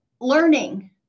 Learning